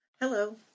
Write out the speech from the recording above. Hello